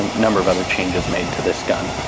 um number of other changes made to this gun.